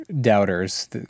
doubters